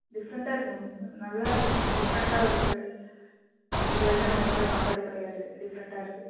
டிஃப்ரெண்ட்டாக இருக்குது மேம் நல்லாயிருக்கு மேம் டிஃப்ரெண்ட்டாகவும் இருக்குது இது வரைக்கும் நாங்கள் இந்த மாதிரி சாப்பிட்டதே கிடையாது டிஃப்ரெண்ட்டாக இருக்குது